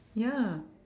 ya